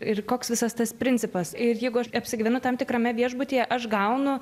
ir koks visas tas principas ir jeigu aš apsigyvenu tam tikrame viešbutyje aš gaunu